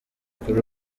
kuri